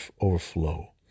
overflow